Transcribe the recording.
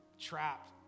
trapped